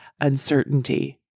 uncertainty